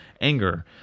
anger